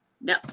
no